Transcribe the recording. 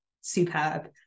superb